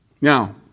Now